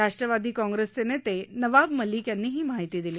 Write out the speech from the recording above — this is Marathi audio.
राष्ट्रवादी काँग्रेसचे नेते नवाब मलिक यांनी ही माहिती दिली